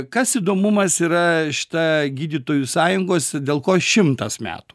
kas įdomumas yra šita gydytojų sąjungos dėl ko šimtas metų